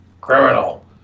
Criminal